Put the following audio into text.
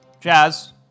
Jazz